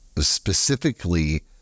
specifically